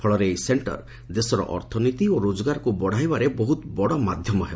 ଫଳରେ ଏହି ସେକ୍କର ଦେଶର ଅର୍ଥନୀତି ଓ ରୋଜଗାରକୁ ବତାଇବାରେ ବହୁତ ବଡ ମାଧ୍ୟମ ହେବ